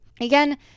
again